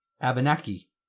Abenaki